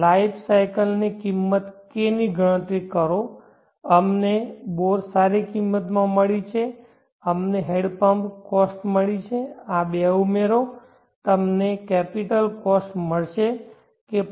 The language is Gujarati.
લાઈફ સાયકલ ની કિંમત K ની ગણતરી કરો અમને બોર સારી કિંમત મળી છે અમને હેન્ડપંપ કોસ્ટ મળી છે આ 2 ઉમેરો તમને કેપિટલ કોસ્ટ મળશે કે